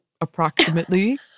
approximately